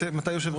קיימת?